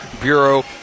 Bureau